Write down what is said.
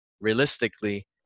realistically